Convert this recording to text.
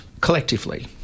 collectively